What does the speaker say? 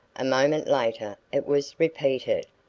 a moment later it was repeated.